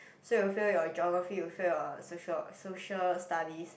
so you fail your geography you fail your social social studies